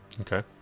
Okay